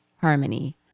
harmony